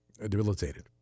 debilitated